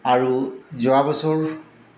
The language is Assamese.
আৰু যোৱা বছৰ